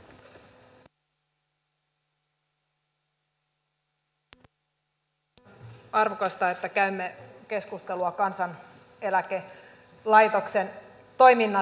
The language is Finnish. on arvokasta että käymme keskustelua kansaneläkelaitoksen toiminnasta